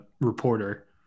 reporter